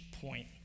point